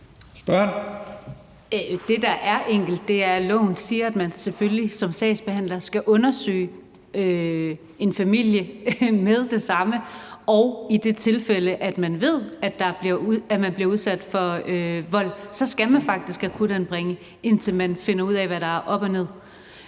Det, der er enkelt, er, at loven siger, at man som sagsbehandler selvfølgelig skal undersøge en familie med det samme, og i det tilfælde, man ved, at nogen bliver udsat for vold, skal man faktisk akutanbringe, indtil man finder ud af, hvad der er op og ned.